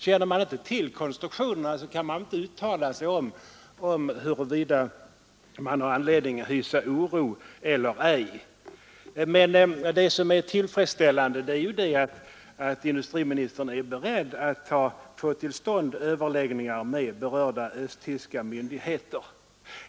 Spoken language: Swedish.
Känner man inte till konstruktionerna kan man väl inte uttala sig om huruvida man har anledning att hysa oro eller ej? Det som jag finner tillfredsställande är att industriministern är beredd att få till stånd överläggningar med berörda östtyska myndigheter.